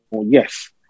yes